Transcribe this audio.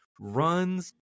runs